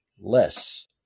less